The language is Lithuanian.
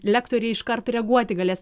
lektoriai iškart reaguoti galės